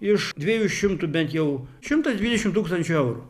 iš dviejų šimtų bent jau šimtas dvidešim tūkstančių eurų